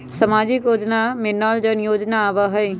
सामाजिक योजना में नल जल योजना आवहई?